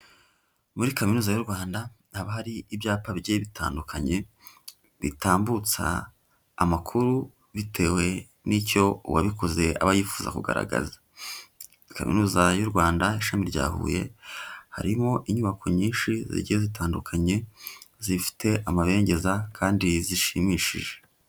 Muri kaminuza y'u Rwanda haba hari ibyapa bigiye bitandukanye bitambutsa amakuru bitewe n'icyo uwabikoze aba yifuza kugaragaza, kaminuza y'u Rwanda, ishami rya Huye, harimo inyubako nyinshi zigiye zitandukanye zifite amabengeza kandi zishimishije.